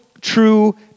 true